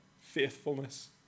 faithfulness